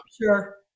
sure